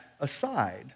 aside